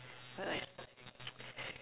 like